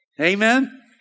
Amen